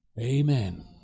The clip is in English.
Amen